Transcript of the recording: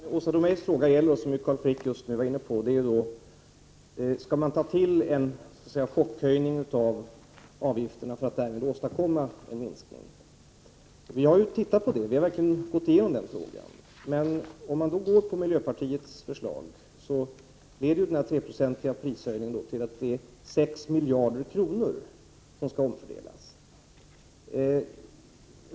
Herr talman! Åsa Domeijs fråga gäller — vilket Carl Frick just nu var inne på — om man skall ta till en chockhöjning av avgifterna för att därmed åstadkomma en minskning av förbrukningen. Vi har verkligen gått igenom den frågan. Men om man ansluter sig till miljöpartiets förslag, leder den 300-procentiga prishöjningen till att 6 miljarder kronor skall omfördelas.